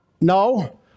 No